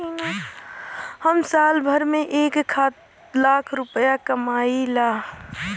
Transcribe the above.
हम साल भर में एक लाख रूपया कमाई ला